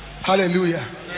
Hallelujah